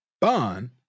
bond